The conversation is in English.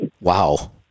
Wow